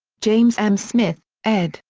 james m. smith, ed,